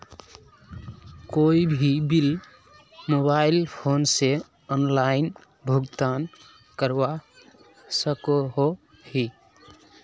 कोई भी bill mobile phone से ऑनलाइन भुगतान करवा सकोहो ही?